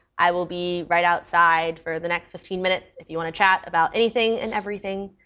i will be right outside for the next fifteen minutes if you want to chat about anything and everything.